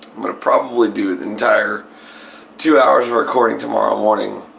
i'm going to probably do the entire two hours of recording tomorrow morning